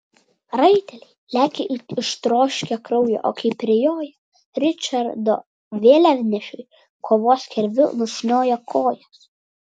raiteliai lekia it ištroškę kraujo o kai prijoja ričardo vėliavnešiui kovos kirviu nušnioja kojas